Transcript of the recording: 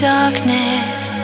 darkness